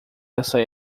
essa